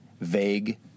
vague